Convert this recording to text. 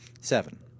Seven